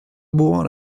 môr